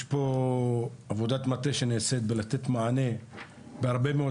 יש עבודת מטה שנעשית כדי לתת מענה להרבה מאוד